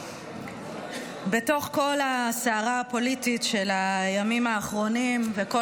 בתוך כל הסערה הפוליטית של הימים האחרונים וכל